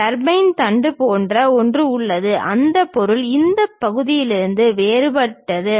turbine தண்டு போன்ற ஒன்று உள்ளது அந்த பொருள் இந்த பகுதியிலிருந்து வேறுபட்டது